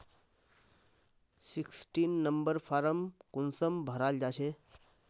Sixteen number form कुंसम भराल जाछे?